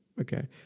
Okay